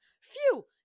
Phew